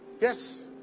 yes